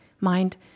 mind